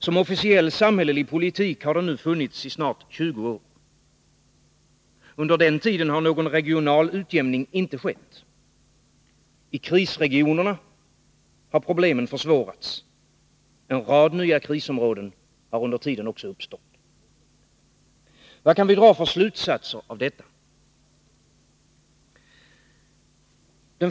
Som officiell samhällelig politik har den nu funnits i snart 20 år. Under den tiden har någon regional utjämning inte skett. I krisregionerna har problemen försvårats. En rad nya krisområden har under tiden uppstått. Vad kan vi dra för slutsatser av detta?